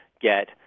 get